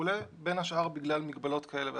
בין השאר בגלל מגבלות כאלה ואחרות,